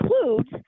includes